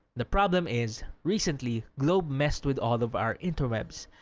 the problem is, recently globe messed with all of our interwebs.